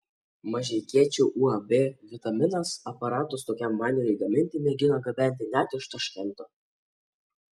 mažeikiečių uab vitaminas aparatus tokiam vandeniui gaminti mėgino gabenti net iš taškento